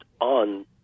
on